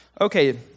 Okay